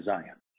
Zion